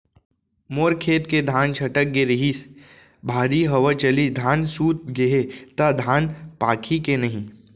मोर खेत के धान छटक गे रहीस, भारी हवा चलिस, धान सूत गे हे, त धान पाकही के नहीं?